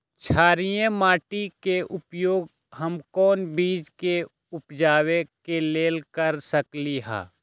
क्षारिये माटी के उपयोग हम कोन बीज के उपजाबे के लेल कर सकली ह?